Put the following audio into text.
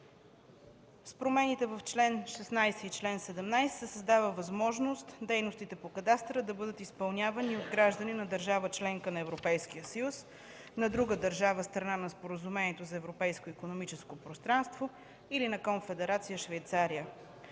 С промените в чл. 16 и чл. 17 се създава възможност: - дейностите по кадастъра да бъдат изпълнявани и от граждани на държава – членка на Европейския съюз, на друга държава – страна на Споразумението за Европейското икономическо пространство, или на Конфедерация Швейцария;